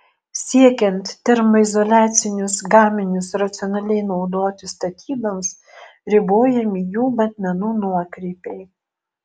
siekiant termoizoliacinius gaminius racionaliai naudoti statyboms ribojami jų matmenų nuokrypiai